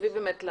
של